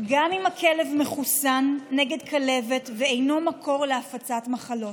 גם אם הכלב מחוסן נגד כלבת ואינו מקור להפצת מחלות.